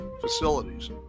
facilities